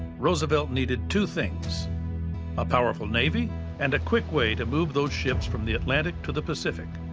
roosevelt needed two things a powerful navy and a quick way to move those ships from the atlantic to the pacific.